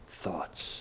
thoughts